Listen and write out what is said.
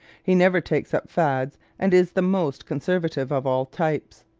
he never takes up fads and is the most conservative of all types.